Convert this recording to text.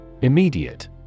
Immediate